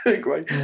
great